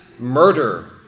murder